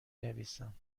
نویسم